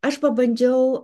aš pabandžiau